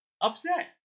upset